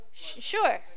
Sure